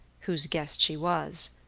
whose guest she was,